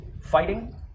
Fighting